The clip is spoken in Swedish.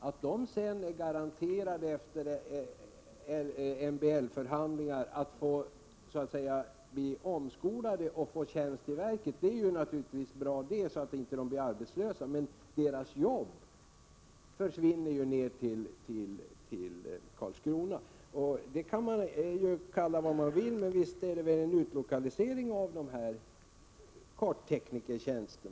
Att dessa sedan efter MBL-förhandlingar garanteras omskolning och tjänst i verket är naturligtvis bra, så att de inte blir arbetslösa, men deras tjänster försvinner ned till Karlskrona. Det kan man ju kalla vad man vill. Men visst innebär det en utlokalisering av dessa kartteknikertjänster.